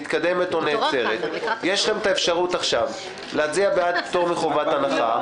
יש לכם אפשרות להצביע בעד פטור מחובת הנחה.